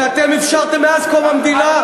שאתם אפשרתם מאז קום המדינה?